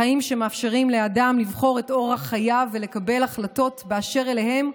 חיים שמאפשרים לאדם לבחור את אורח חייו ולקבל החלטות באשר אליו,